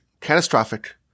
catastrophic